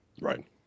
right